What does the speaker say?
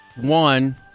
One